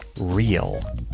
real